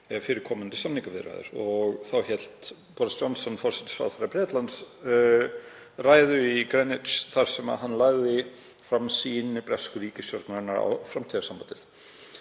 fyrir komandi samningaviðræður. Þá hélt Boris Johnson, forsætisráðherra Bretlands, ræðu í Greenwich þar sem hann lagði fram sýn bresku ríkisstjórnarinnar fyrir framtíðarsambandið.